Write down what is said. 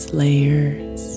layers